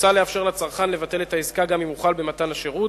מוצע לאפשר לצרכן לבטל את העסקה גם עם הוחל במתן השירות,